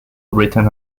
written